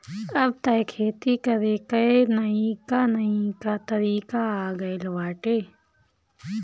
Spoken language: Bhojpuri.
अब तअ खेती करे कअ नईका नईका तरीका आ गइल बाटे